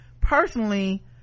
personally